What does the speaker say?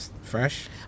fresh